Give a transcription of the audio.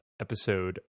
episode